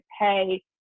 pay